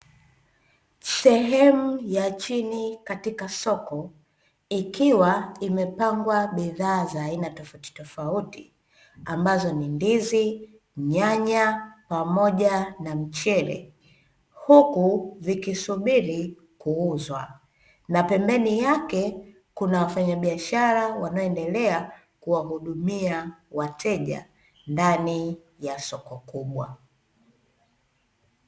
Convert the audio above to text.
Sehemu ya chini katika soko ikiwa imepangwa bidhaa za aina tofautitofauti, ambazo ni ndizi, nyanya pamoja na mchele huku vikisubiri kuuzwa. Na pembeni yake kuna wafanyabiashara wanaoendelea kuwahudumia wateja, ndani ya soko kubwa.